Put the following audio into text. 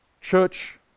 Church